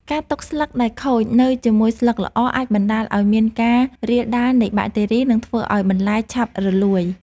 ការទុកស្លឹកដែលខូចនៅជាមួយស្លឹកល្អអាចបណ្តាលឱ្យមានការរាលដាលនៃបាក់តេរី និងធ្វើឱ្យបន្លែឆាប់រលួយ។